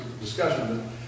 discussion